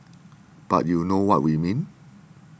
but you know what we mean